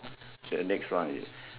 okay next one is